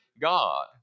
God